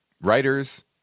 writers